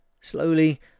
Slowly